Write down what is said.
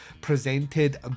presented